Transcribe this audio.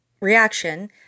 reaction